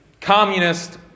communist